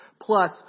plus